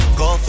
go